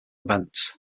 events